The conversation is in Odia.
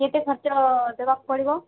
କେତେ ଖର୍ଚ୍ଚ ଦେବାକୁ ପଡ଼ିବ